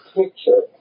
picture